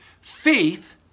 Faith